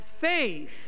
faith